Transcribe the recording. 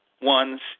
ones